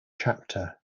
chapter